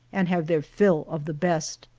and have their fill of the best.